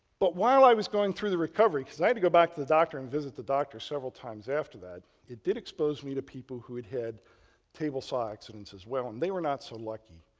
but while i was going through the recovery because i had to go back to the doctor and visit the doctor several times after that. it did expose me to people who had had table saw accidents as well and they were not so lucky.